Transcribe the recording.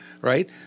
right